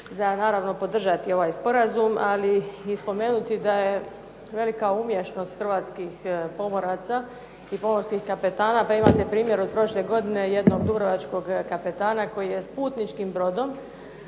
za naravno podržati ovaj sporazum, ali i spomenuti da je velika umješnost hrvatskih pomoraca i pomorskih kapetana. Pa imate primjer od prošle godine jednog dubrovačkog kapetana koji je s putničkim brodom